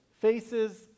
faces